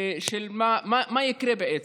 מה יקרה, בעצם.